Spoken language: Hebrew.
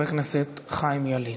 חבר הכנסת חיים ילין.